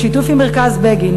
בשיתוף עם מרכז בגין,